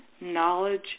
knowledge